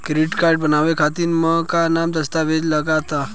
Credit card बनवावे म का का दस्तावेज लगा ता?